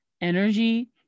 energy